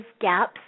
gaps